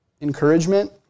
Encouragement